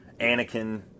Anakin